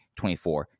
24